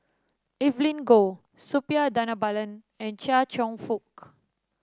Evelyn Goh Suppiah Dhanabalan and Chia Cheong Fook